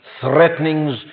threatenings